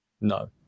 No